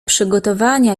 przygotowania